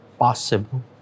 possible